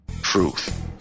Truth